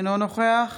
אינו נוכח